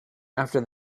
after